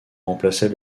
remplaçait